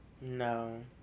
No